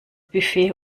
buffet